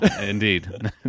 indeed